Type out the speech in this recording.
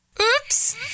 Oops